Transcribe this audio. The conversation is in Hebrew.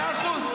מאה אחוז.